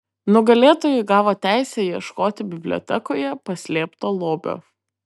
nugalėtojai gavo teisę ieškoti bibliotekoje paslėpto lobio